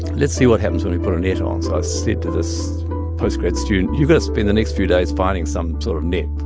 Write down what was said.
let's see what happens when we put a net on. so i said to this postgrad student, you've got to spend the next few days finding some sort of net.